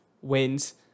wins